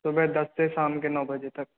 सुबह दस से शाम के नौ बजे तक